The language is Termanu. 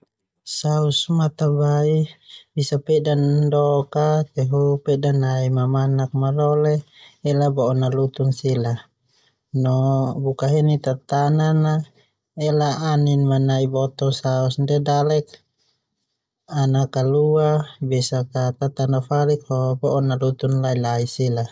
Saus matabai bisa pedan dook a tehu pedan nai mamanak malole ela bo'o nalutin lai-lai no buka heni tatanan a ela anin manai boto saus ndia dalek kalua besak a tatana falik ho o'o nalutun lalai sila.